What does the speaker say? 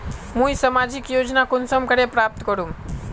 मुई सामाजिक योजना कुंसम करे प्राप्त करूम?